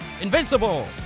Invincible